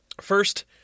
First